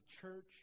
church